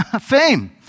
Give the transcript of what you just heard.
fame